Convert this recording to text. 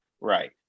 Right